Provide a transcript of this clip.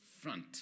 front